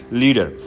leader